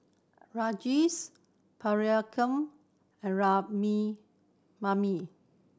Rajesh Priyanka and